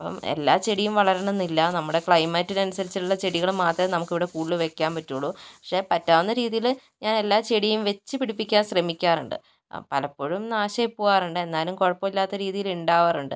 അപ്പം എല്ലാ ചെടിയും വളരണമെന്നില്ല നമ്മുടെ ക്ലൈമറ്റിനനുസരിച്ചുള്ള ചെടികൾ മാത്രമേ നമുക്കിവിടെ കൂടുതൽ വെക്കാൻ പറ്റുകയുള്ളൂ പക്ഷേ പറ്റാവുന്ന രീതിയിൽ ഞാൻ എല്ലാ ചെടിയും വെച്ചുപിടിപ്പിക്കാൻ ശ്രമിക്കാറുണ്ട് അ പലപ്പോഴും നാശമായി പോകാറുണ്ട് എന്നാലും കുഴപ്പം ഇല്ലാത്ത രീതിയിൽ ഉണ്ടാകാറുണ്ട്